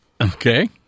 Okay